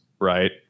right